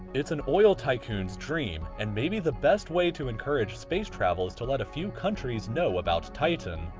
it's an oil tycoon's dream. and maybe the best way to encourage space travels' to let a few countries know about titan.